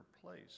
place